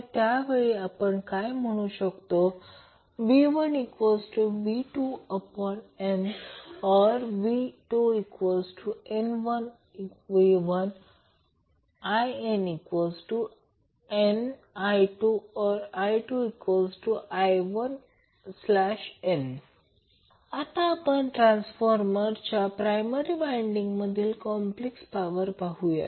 तर त्यावेळी आपण काय म्हणू शकतो V1V2norV2nV1 I1nI2orI2I1n आता आपण ट्रांसफार्मरच्या प्रायमरी वाइंडिंग मधील कॉम्प्लेक्स पॉवर पाहूया